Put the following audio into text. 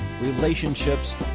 relationships